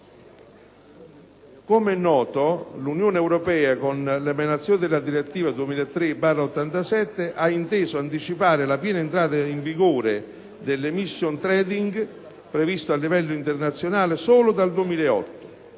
Come noto, l'Unione europea, con l'emanazione della direttiva 2003/87/CE, ha inteso anticipare la piena entrata in vigore dell'*emission trading*, previsto a livello internazionale solo dal 2008.